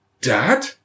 Dad